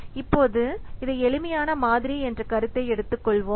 இப்போது இதை எளிமையான மாதிரி என்ற கருத்தை எடுத்துக்கொள்வோம்